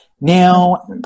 Now